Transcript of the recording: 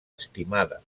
estimada